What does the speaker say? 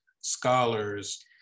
scholars